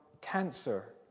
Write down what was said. cancer